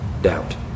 doubt